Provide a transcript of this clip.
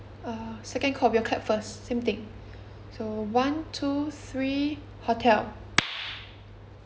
uh second call we'll clap first same thing so one two three hotel